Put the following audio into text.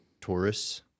tourists